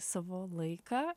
savo laiką